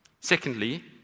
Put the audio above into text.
Secondly